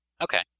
Okay